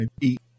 eat